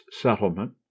Settlement